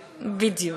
בדיוק.